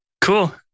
Cool